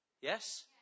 Yes